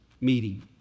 meeting